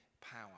power